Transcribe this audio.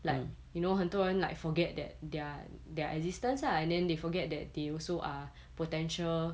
like you know 很多人 like forget that their their existence lah and then they forget that they also a potential